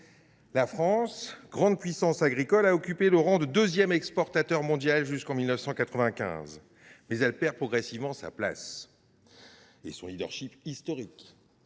La France, grande puissance agricole, a occupé le rang de deuxième exportateur mondial jusqu’en 1995, mais elle perd progressivement sa place et son leadership historique.